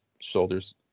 shoulders